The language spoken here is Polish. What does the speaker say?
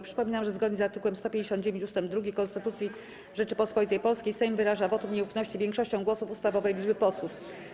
Przypominam, że zgodnie z art. 159 ust. 2 Konstytucji Rzeczypospolitej Polskiej Sejm wyraża wotum nieufności większością głosów ustawowej liczby posłów.